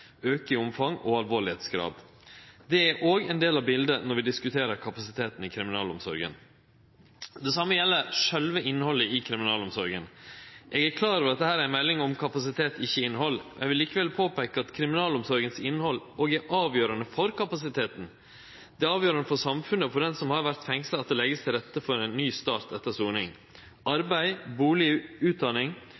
i omfang og alvorsgrad. Det er òg ein del av biletet når vi diskuterer kapasiteten i kriminalomsorga. Det same gjeld sjølve innhaldet i kriminalomsorga. Eg er klar over at dette er ei melding om kapasitet og ikkje om innhald. Eg vil likevel peike på at kriminalomsorgas innhald òg er avgjerande for kapasiteten. Det er avgjerande for samfunnet og for den som har vore fengsla, at det vert lagt til rette for ein ny start etter soning.